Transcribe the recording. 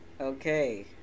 Okay